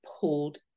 pulled